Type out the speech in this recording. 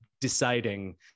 deciding